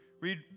read